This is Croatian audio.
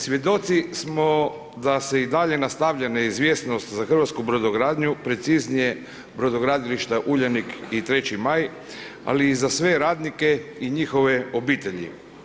Svjedoci smo da se i dalje nastavlja neizvjesnost za hrvatsku Brodogradnju, preciznije, Brodogradilišta Uljanik i 3. Maj, ali i za sve radnike i njihove obitelji.